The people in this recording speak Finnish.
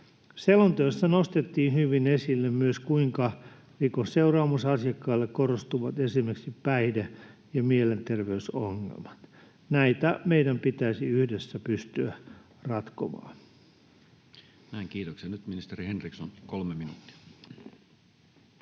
Selonteossa nostettiin hyvin esille myös, kuinka rikosseuraamusasiakkailla korostuvat esimerkiksi päihde- ja mielenterveysongelmat. Näitä meidän pitäisi yhdessä pystyä ratkomaan. [Speech 121] Speaker: Toinen varapuhemies